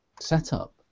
setup